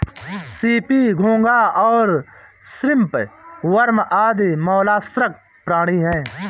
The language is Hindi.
सीपी, घोंगा और श्रिम्प वर्म आदि मौलास्क प्राणी हैं